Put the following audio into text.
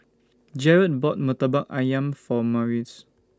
Jarrad bought Murtabak Ayam For Marquise